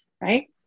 Right